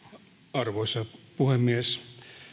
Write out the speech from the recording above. arvoisa puhemies